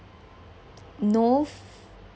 no f~